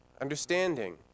understanding